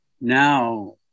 Now